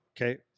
okay